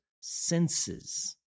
senses